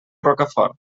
rocafort